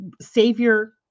savior